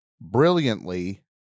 brilliantly